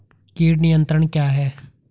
कीट नियंत्रण क्या है?